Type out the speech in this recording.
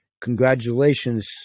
Congratulations